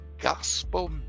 gospel